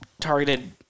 targeted